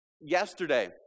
yesterday